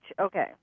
okay